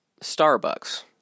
Starbucks